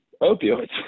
opioids